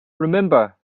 remember